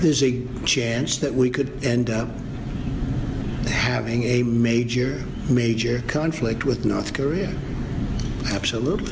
there's a chance that we could end up having a major major conflict with north korea absolutely